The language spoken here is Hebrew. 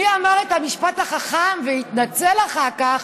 מי אמר את המשפט החכם, והתנצל אחר כך: